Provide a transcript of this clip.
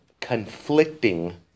conflicting